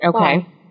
Okay